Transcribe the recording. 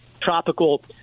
tropical